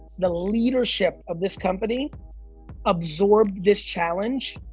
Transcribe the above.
the leadership of this company absorb this challenge,